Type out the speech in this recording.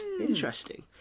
Interesting